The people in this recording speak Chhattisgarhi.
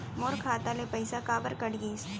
मोर खाता ले पइसा काबर कट गिस?